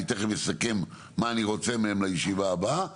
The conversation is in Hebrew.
אני תיכף אסכם מה אני רוצה מהם לישיבה הבאה,